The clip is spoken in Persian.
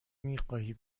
میخواهی